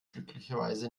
glücklicherweise